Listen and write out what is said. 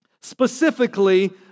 Specifically